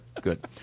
Good